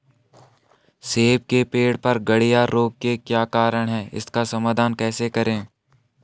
सेब के पेड़ पर गढ़िया रोग के क्या कारण हैं इसका समाधान कैसे करें?